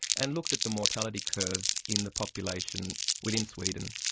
and looked at the mortality curves in the population within sweden.